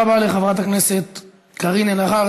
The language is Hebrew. תודה רבה לחברת הכנסת קארין אלהרר.